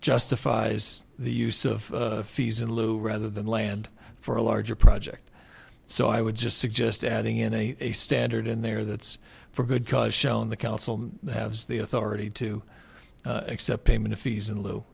justifies the use of fees in lieu rather than land for a larger project so i would just suggest adding in a standard in there that's for a good cause shown the council has the authority to accept payment of fees in l